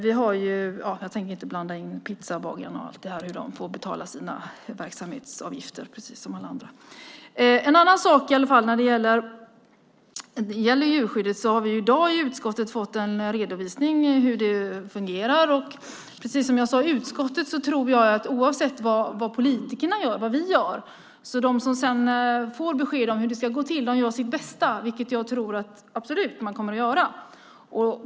Jag tänker inte blanda in pizzabagaren och allt det där - han får betala sin verksamhetsavgift precis som alla andra. Det finns en annan sak när det gäller djurskyddet. I dag har vi i utskottet fått en redovisning av hur det fungerar, och precis som jag sade i utskottet tror jag att oavsett vad vi gör som politiker gör de som sedan får besked om hur det ska gå till sitt bästa - jag tror absolut att de kommer att göra det.